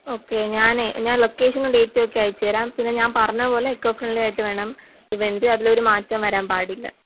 okay ഞാനേ ഞാൻ ലൊക്കേഷനും ഡേറ്റും ഒക്കെ അയച്ചുതരാം പിന്നെ ഞാൻ പറഞ്ഞത് പോലെ എക്കോ ഫ്രണ്ട്ലി ആയിട്ട് വേണം ഇവൻ്റ് അതിലൊരു മാറ്റവും വരാൻ പാടില്ല